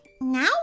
now